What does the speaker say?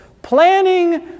Planning